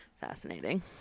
Fascinating